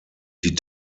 die